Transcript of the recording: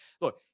Look